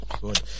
Good